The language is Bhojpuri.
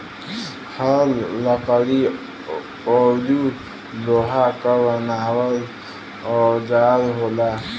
हल लकड़ी औरु लोहा क बनावल औजार होला